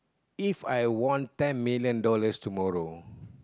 If I want time million dollars tomorrow